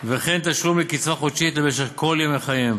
וכן תשלום קצבה חודשית למשך כל ימי חייהם.